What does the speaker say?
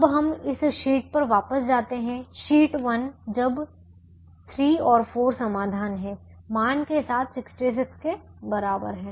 अब हम इस शीट पर वापस जाते हैं शीट 1 जब 3 और 4 समाधान हैं मान के साथ 66 के बराबर है